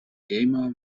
gamer